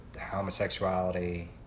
homosexuality